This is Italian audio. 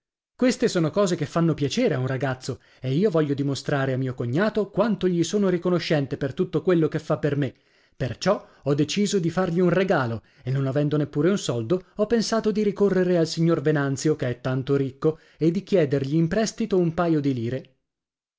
queste sono cose che fanno piacere a un ragazzo e io voglio dimostrare a mio cognato quanto gli sono riconoscente per tutto quello che fa per me perciò ho deciso di fargli un regalo e non avendo neppure un soldo ho pensato di ricorrere al signor venanzio che è tanto ricco e di chiedergli in prestito un paio di lire